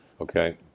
Okay